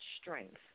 strength